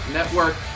Network